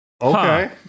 Okay